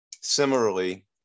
Similarly